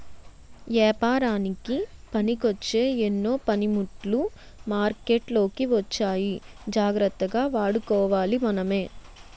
ఏపారానికి పనికొచ్చే ఎన్నో పనిముట్లు మార్కెట్లోకి వచ్చాయి జాగ్రత్తగా వాడుకోవాలి మనమే